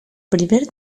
primer